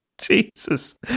jesus